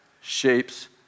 shapes